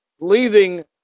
leaving